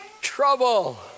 trouble